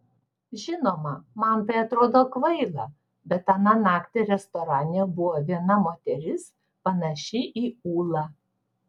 žinoma man tai atrodo kvaila bet aną naktį restorane buvo viena moteris panaši į ūlą